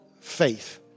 faith